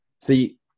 See